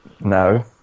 No